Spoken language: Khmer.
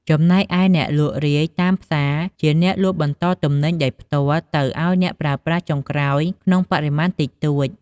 ចំណែកឯអ្នកលក់រាយតាមផ្សារ ជាអ្នក លក់បន្ត ទំនិញដោយផ្ទាល់ទៅឱ្យ អ្នកប្រើប្រាស់ចុងក្រោយ ក្នុងបរិមាណតិចតួច។